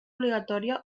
obligatòria